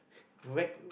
whack